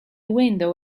window